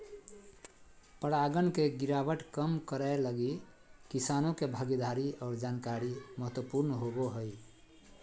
परागण के गिरावट कम करैय लगी किसानों के भागीदारी और जानकारी महत्वपूर्ण होबो हइ